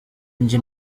njye